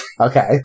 Okay